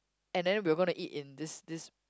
and then we're gonna eat in this this